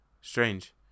strange